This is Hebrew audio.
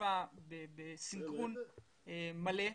בחשיפה ובסנכרון מלא.